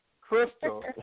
Crystal